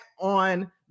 on